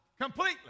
Completely